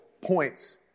points